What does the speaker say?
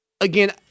again